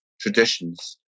traditions